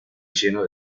lleno